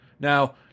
Now